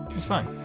it's fine.